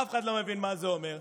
אף אחד לא מבין מה זה אומר.